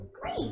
Great